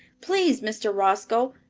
please, mr. roscoe,